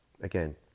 again